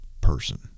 person